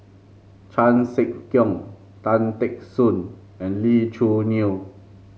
Chan Sek Keong Tan Teck Soon and Lee Choo Neo